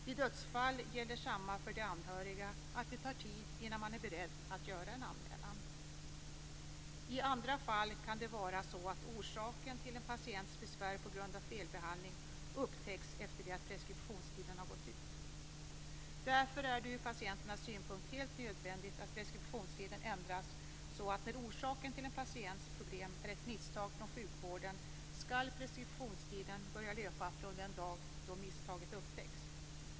Vid dödsfall gäller detsamma för de anhöriga. Det tar tid innan man är beredd att göra en anmälan. I andra fall kan det vara så att orsaken till en patients besvär på grund av felbehandling upptäcks efter det att preskriptionstiden har gått ut. Därför är det ur patienternas synpunkt helt nödvändigt att preskriptionstiden ändras så, att när ett misstag från sjukvården är orsaken till en patients problem skall preskriptionstiden börja löpa från den dag då misstaget upptäcks.